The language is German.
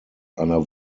einer